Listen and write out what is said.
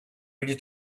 ready